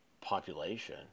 population